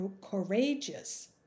courageous